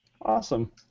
Awesome